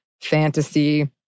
fantasy